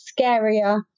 scarier